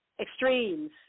extremes